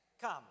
come